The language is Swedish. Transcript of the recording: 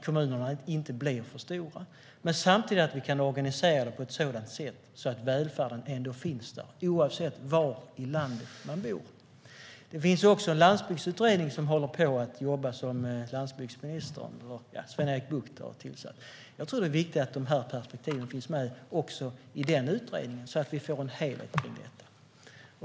Kommunerna får inte bli för stora. Men samtidigt ska vi kunna organisera det hela på ett sådant sätt att välfärden finns där oavsett var i landet man bor. Det finns en landsbygdsutredning som håller på att jobba, som landsbygdsminister Sven-Erik Bucht har tillsatt. Jag tror att det är viktigt att de här perspektiven finns med också i den utredningen så att vi får en helhet.